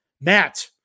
Matt